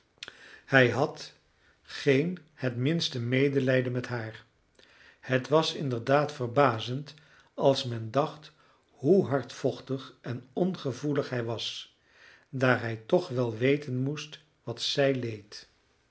hij had geen het minste medelijden met haar het was inderdaad verbazend als men dacht hoe hardvochtig en ongevoelig hij was daar hij toch wel weten moest wat zij leed